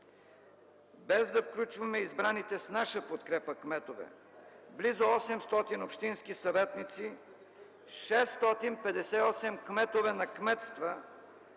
без да включваме избраните с наша подкрепа кметове, близо 800 общински съветници, 658 кметове на кметства,